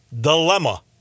dilemma